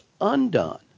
undone